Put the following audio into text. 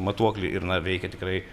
matuoklį ir na veikia tikrai